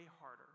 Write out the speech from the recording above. harder